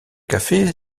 café